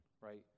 right